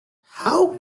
how